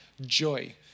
joy